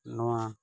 ᱱᱚᱣᱟ